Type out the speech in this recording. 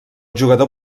jugador